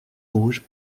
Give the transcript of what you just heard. rouges